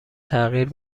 تغییر